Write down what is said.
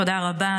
תודה רבה.